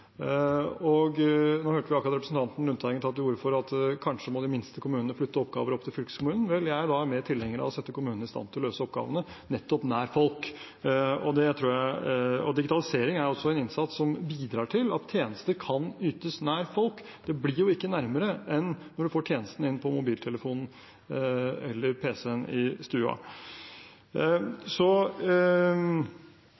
Nå hørte vi akkurat representanten Lundteigen ta til orde for at de minste kommunene kanskje må flytte oppgaver opp til fylkeskommunen. Jeg er mer tilhenger av å sette kommunene i stand til å løse oppgavene nær folk. Digitalisering er også en innsats som bidrar til at tjenester kan ytes nær folk. Det blir jo ikke nærmere enn når man får tjenestene inn på mobiltelefonen eller pc-en i stua.